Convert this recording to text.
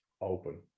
open